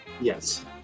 Yes